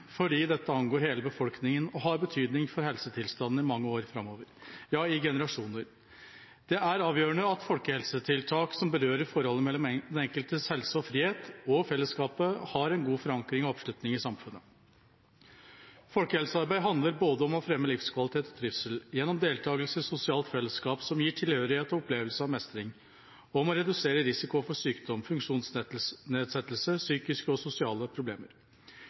fordi dette angår hele befolkningen og har betydning for helsetilstanden i mange år framover, ja i generasjoner. Det er avgjørende at folkehelsetiltak som berører forholdet mellom den enkeltes helse og frihet og fellesskapet, har en god forankring og oppslutning i samfunnet. Folkehelsearbeid handler både om å fremme livskvalitet og trivsel gjennom deltakelse i sosialt fellesskap som gir tilhørighet, opplevelse og mestring, og om å redusere risiko for sykdom, funksjonsnedsettelse, psykiske og sosiale problemer.